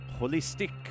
Holistic